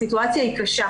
הסיטואציה היא קשה,